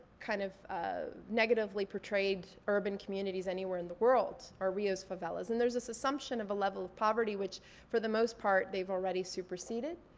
kind of ah negatively portrayed urban communities anywhere in the world, are rio's favelas. and there's an assumption of a level of poverty which for the most part they've already superseded.